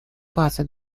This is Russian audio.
базы